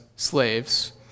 slaves